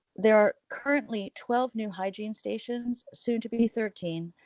there are currently twelve new hygiene stations, soon to be thirteen,